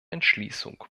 entschließung